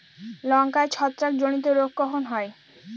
লঙ্কায় ছত্রাক জনিত রোগ কখন হয়?